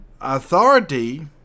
authority